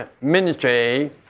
ministry